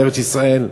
בארץ-ישראל,